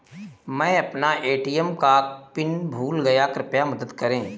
मै अपना ए.टी.एम का पिन भूल गया कृपया मदद करें